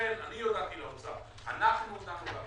לכן אני הודעתי לאוצר, אנחנו הודענו לאוצר: